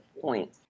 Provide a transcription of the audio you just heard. point